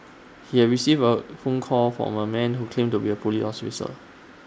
he have received A phone call from A man who claimed to be A Police